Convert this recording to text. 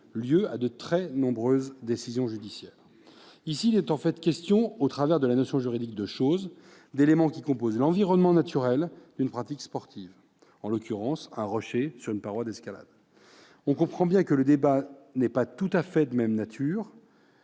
lieu à de très nombreuses décisions judiciaires. Ici, il est en fait question, au travers de la notion juridique de « chose », d'éléments qui composent l'environnement naturel d'une pratique sportive, en l'occurrence un rocher sur une paroi d'escalade. On comprend bien que le débat n'est pas tout à fait de même nature.